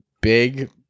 big